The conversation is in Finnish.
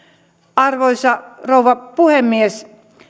arvoisa rouva puhemies